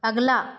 अगला